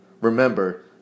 Remember